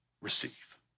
Receive